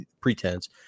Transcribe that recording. pretense